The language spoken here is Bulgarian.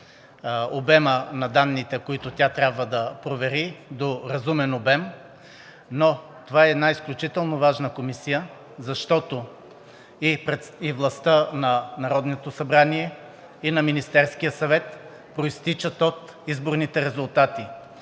обема на данните, които тя трябва да провери, до разумен обем, но това е една изключително важна комисия, защото и властта на Народното събрание, и на Министерския съвет произтичат от изборните резултати.